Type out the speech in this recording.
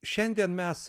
šiandien mes